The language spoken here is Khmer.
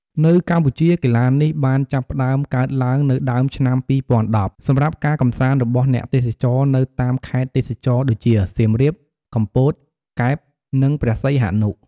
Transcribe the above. នៅកម្ពុជា កីឡានេះបានចាប់ផ្ដើមកើតឡើងនៅដើមឆ្នាំ ២០១០ សម្រាប់ការកម្សាន្តរបស់អ្នកទេសចរនៅតាមខេត្តទេសចរណ៍ដូចជា សៀមរាប កំពត កែប និងព្រះសីហនុ។